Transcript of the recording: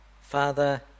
Father